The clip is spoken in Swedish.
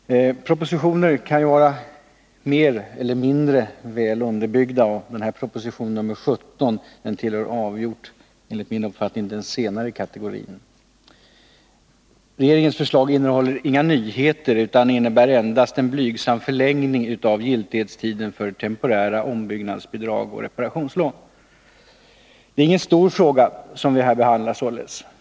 Herr talman! Propositioner kan vara mer eller mindre väl underbyggda. Proposition nr 17 tillhör enligt min uppfattning avgjort den senare kategorin. Regeringens förslag innehåller inga nyheter utan innebär endast en blygsam förlängning av giltighetstiden för temporära ombyggnadsbidrag och reparationslån. Det är således ingen stor fråga som vi här behandlar.